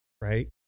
Right